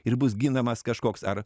ir bus ginamas kažkoks ar